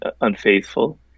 unfaithful